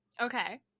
Okay